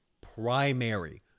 Primary